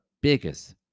biggest